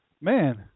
man